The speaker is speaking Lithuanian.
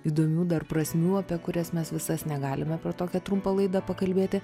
įdomių dar prasmių apie kurias mes visas negalime per tokią trumpą laidą pakalbėti